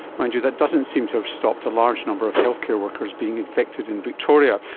mind you, that doesn't seem to have stopped a large number of healthcare workers being infected in victoria,